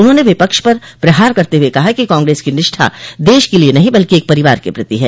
उन्होंने विपक्ष पर प्रहार करते हुए कहा कि कांग्रेस की निष्ठा देश के लिये नहीं बल्कि एक परिवार के प्रति है